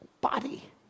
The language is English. body